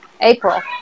April